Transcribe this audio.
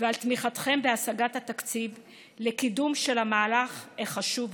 ועל תמיכתכם בהשגת התקציב לקידום של המהלך החשוב הזה,